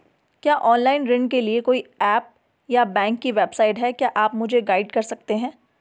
क्या ऑनलाइन ऋण के लिए कोई ऐप या बैंक की वेबसाइट है क्या आप मुझे गाइड कर सकते हैं?